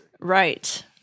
Right